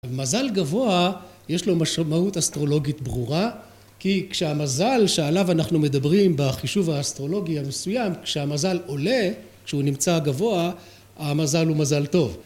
ומזל גבוה יש לו משמעות אסטרולוגית ברורה, כי כשהמזל שעליו אנחנו מדברים בחישוב האסטרולוגי המסוים כשהמזל עולה, כשהוא נמצא גבוה המזל הוא מזל טוב